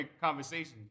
conversation